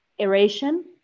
aeration